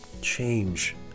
change